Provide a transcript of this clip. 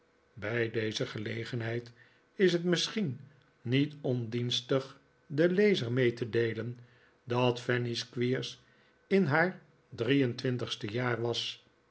bij deze gelegenheid is het misschien niet ondienstig den lezer mee te deelen dat fanny squeers in haar drie en twintigste jaar was